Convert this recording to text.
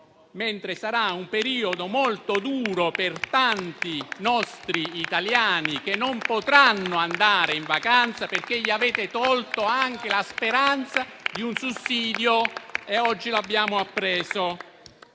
sarà un periodo molto duro per tanti nostri italiani che non potranno andare in vacanza, perché gli avete tolto anche la speranza di un sussidio e oggi l'abbiamo appreso.